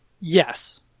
Yes